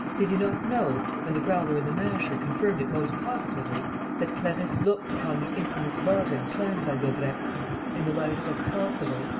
did he not know and the growler and the masher confirmed it most positively that clarisse looked upon the infamous bargain planned by daubrecq in the light of a possible,